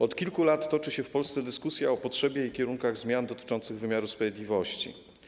Od kilku lat toczy się w Polsce dyskusja o potrzebie i kierunkach zmian dotyczących wymiaru sprawiedliwości.